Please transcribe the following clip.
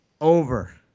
Over